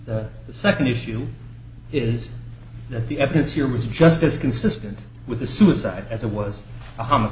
the second issue is that the evidence here was just as consistent with a suicide as it was